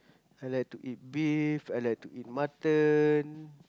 I like to eat beef I like to eat mutton